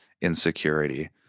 insecurity